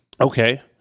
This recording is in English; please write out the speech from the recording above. Okay